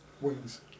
Wings